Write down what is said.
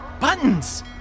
Buttons